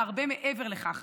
והרבה מעבר לכך.